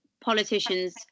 politicians